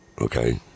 okay